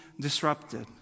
disrupted